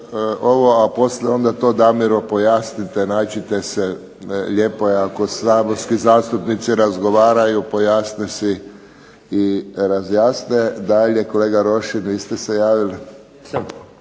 a poslije to Damiru pojasnite, nađite se, lijepo je ako saborski zastupnici razgovaraju pojasne si i razjasne. Dalje, kolega Rošin vi ste se javili.